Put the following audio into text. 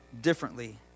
differently